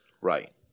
right